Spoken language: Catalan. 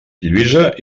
lluïsa